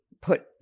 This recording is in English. put